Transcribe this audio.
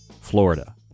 Florida